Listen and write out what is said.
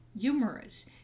humorous